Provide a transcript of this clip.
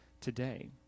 today